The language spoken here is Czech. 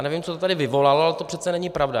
Nevím, co to tady vyvolalo, ale to přece není pravda.